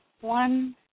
one